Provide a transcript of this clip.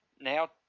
now